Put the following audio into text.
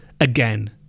again